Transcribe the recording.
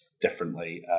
differently